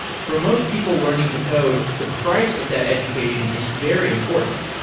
for most people learn ing to code, the price of that education is very important,